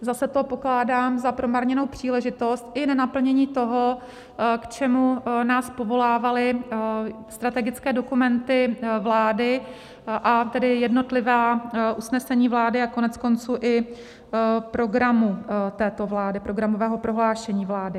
Zase to pokládám za promarněnou příležitost i nenaplnění toho, k čemu nás povolávaly strategické dokumenty vlády, a tedy jednotlivá usnesení vlády a koneckonců i programu této vlády, programového prohlášení vlády.